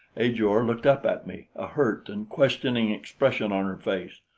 ajor looked up at me, a hurt and questioning expression on her face.